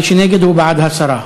מי שנגד הוא בעד הסרה.